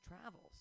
Travels